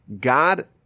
God